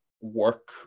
work